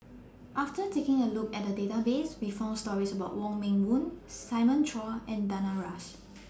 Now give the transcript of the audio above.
after taking A Look At The Database We found stories about Wong Meng Voon Simon Chua and Danaraj